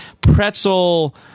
pretzel